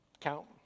count